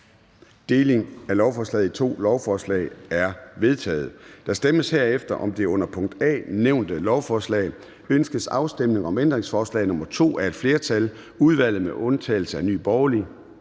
Delingen af lovforslaget i to lovforslag er vedtaget. Der stemmes herefter om det under punkt A nævnte lovforslag: Ønskes afstemning om ændringsforslag nr. 2, tiltrådt af et flertal (udvalget med undtagelse af NB)? Det